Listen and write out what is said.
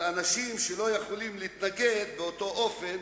על אנשים שלא יכולים להתנגד באותו אופן